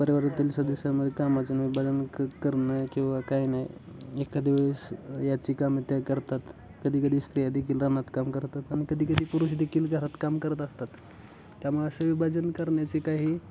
परिवारातील सदस्यांमध्ये कामाच्यानं विभाजन क करणं किंवा काही नाही एखाद्या वेळेस याची कामं ते करतात कधी कधी स्त्रियादेखील राहण्यात काम करतात आणि कधी कधी पुरुषदेखील घरात काम करत असतात त्यामुळे असे विभाजन करण्याचे काही